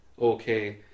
okay